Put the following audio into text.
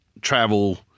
travel